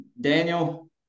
Daniel